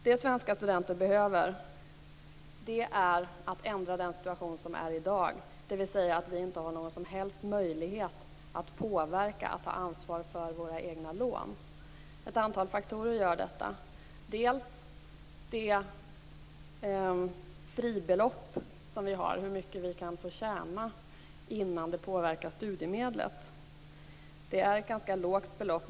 Det svenska studenter behöver är en förändring av den situation som råder i dag, som innebär att vi inte har någon som helst möjlighet att påverka och ta ansvar för våra egna lån. Ett antal faktorer gör detta. En faktor är det fribelopp som finns, hur mycket vi får tjäna innan det påverkar studiemedlet. Det är ett ganska lågt belopp.